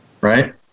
right